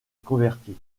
convertie